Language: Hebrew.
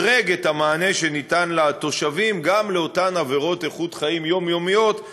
את המענה שניתן לתושבים גם לאותן עבירות איכות חיים יומיומיות,